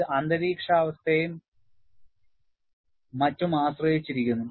ഇത് അന്തരീക്ഷാവസ്ഥയെയും മറ്റും ആശ്രയിച്ചിരിക്കുന്നു